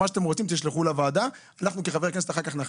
מה שאתם רוצים תשלחו לוועדה ואחר-כך אנחנו כחברי כנסת נחליט.